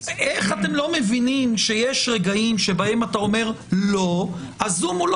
איך אתם לא מבינים שיש רגעים שאתה אומר לא - הזום הוא לא